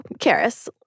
Karis